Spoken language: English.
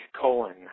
colon